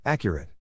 Accurate